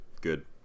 good